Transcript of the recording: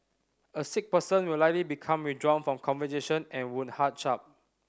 a sick person will likely become withdrawn from conversation and would hunch up